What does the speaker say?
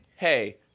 hey